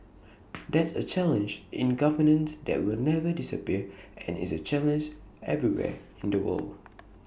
that's A challenge in governance that will never disappear and is A challenge everywhere in the world